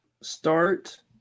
start